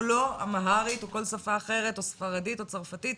אמהרית או ספרדית או צרפתית?